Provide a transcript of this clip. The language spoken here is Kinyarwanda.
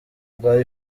bwa